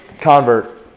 convert